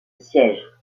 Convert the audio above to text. siège